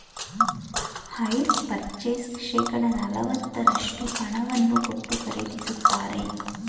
hire purchase ಶೇಕಡ ನಲವತ್ತರಷ್ಟು ಹಣವನ್ನು ಕೊಟ್ಟು ಖರೀದಿಸುತ್ತಾರೆ